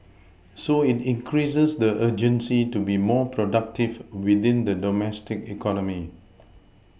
so it increases the urgency to be more productive within the domestic economy